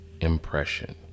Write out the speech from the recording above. impression